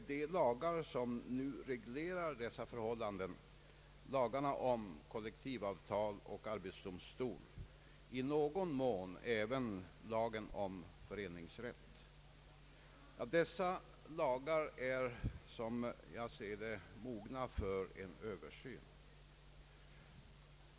De lagar som nu reglerar dessa förhållanden, lagarna om kollektivavtal och om arbetsdomstol, i någon mån även lagen om föreningsrätt, är som jag ser det mogna för en översyn.